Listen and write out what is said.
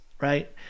right